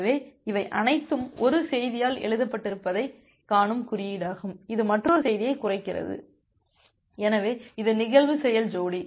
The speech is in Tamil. எனவே இவை அனைத்தும் 1 செய்தியால் எழுதப்பட்டிருப்பதைக் காணும் குறியீடாகும் இது மற்றொரு செய்தியைக் குறைக்கிறது எனவே இது நிகழ்வு செயல் ஜோடி